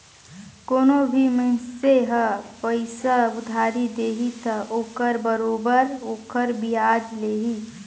कोनो भी मइनसे ह पइसा उधारी दिही त ओखर बरोबर ओखर बियाज लेही